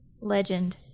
legend